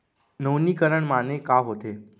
नवीनीकरण माने का होथे?